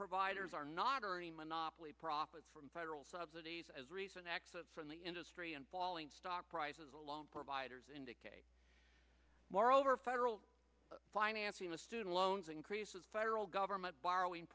providers are not earning monopoly profit from federal subsidies as recent exit from the industry and falling stock prices along providers indicate moreover federal financing of student loans increases federal government borrowing